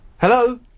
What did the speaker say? Hello